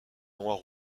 noire